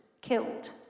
killed